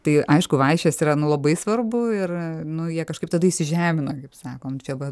tai aišku vaišės yra nu labai svarbu ir nu jie kažkaip tada įsižemina kaip sakom čia va